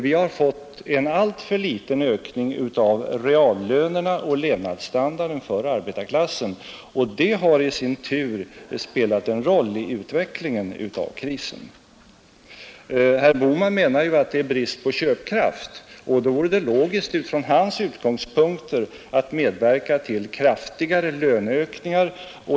Vi har fått en alltför liten ökning av reallönerna och levnadsstandarden för arbetarklassen, och det har i sin tur spelat en roll i utvecklingen av krisen. Herr Bohman menar ju att det är brist på köpkraft, och då vore det logiskt från hans utgångspunkter att medverka till kraftigare löneökningar.